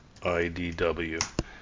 IDW